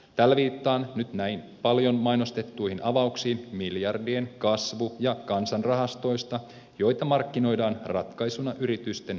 tällä viittaan nyt näihin paljon mainostettuihin avauksiin miljardien kasvu ja kansanrahastoista joita markkinoidaan ratkaisuna yritysten rahoitusongelmiin